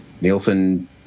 Nielsen